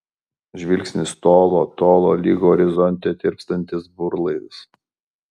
žvilgsnis tolo tolo lyg horizonte tirpstantis burlaivis